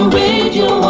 radio